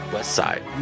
Westside